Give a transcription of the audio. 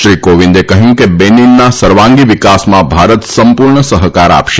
શ્રી કોવિંદે કહ્યું કે બેનીનના સર્વાંગી વિકાસમાં ભારત સંપૂર્ણ સહકાર આપશે